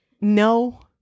No